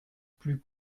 plus